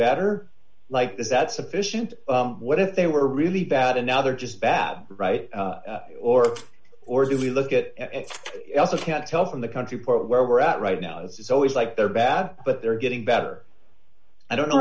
better like is that sufficient what if they were really bad and now they're just bad right or or do we look at also can't tell from the country point where we're at right now it's always like they're bad but they're getting better i don't know